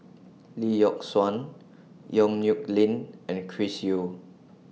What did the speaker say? Lee Yock Suan Yong Nyuk Lin and Chris Yeo